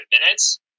minutes